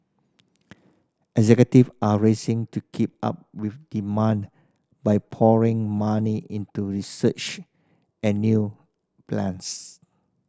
executive are racing to keep up with demand by pouring money into research and new plants